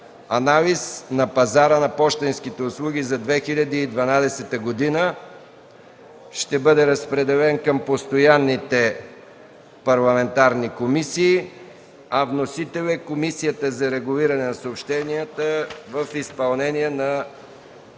анализ на пазара на пощенските услуги за 2012 г. Ще бъде разпределен към постоянните парламентарни комисии, а вносител е Комисията за регулиране на съобщенията в изпълнение на